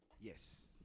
Yes